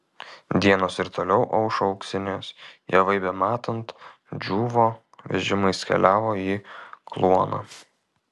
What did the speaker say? dienos ir toliau aušo auksinės javai bematant džiūvo vežimais keliavo į kluoną